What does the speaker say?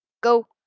Go